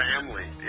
family